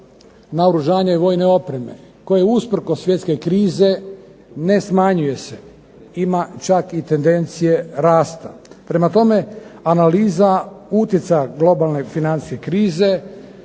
naoružanja i vojne opreme koje usprkos svjetske krize ne smanjuje se ima čak i tendencije rasta. Prema tome, analiza utjecaja globalne financijske krize